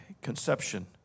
conception